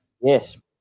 Yes